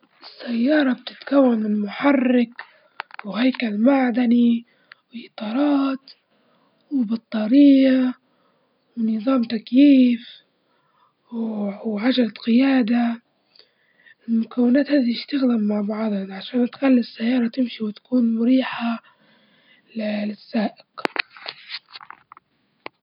السيارة بتتكون من محرك وهيكل معدني وإطارات وبطارية ونظام تكييف وعجلة قيادة، المكونات هذي يشتغلن مع بعضها عشان تخلي السيارة تمشي وتكون مريحة للسائق.